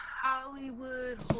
Hollywood